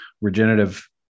regenerative